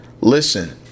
Listen